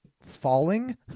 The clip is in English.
falling